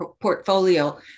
portfolio